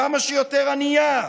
כמה שיותר ענייה.